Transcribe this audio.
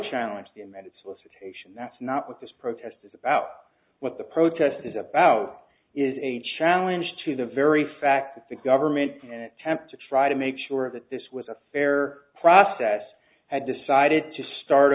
challenge the amended solicitation that's not what this protest is about what the protest is about is a challenge to the very fact that government attempt to try to make sure that this was a fair process had decided to start